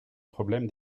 problème